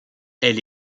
elle